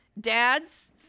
Dads